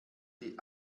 die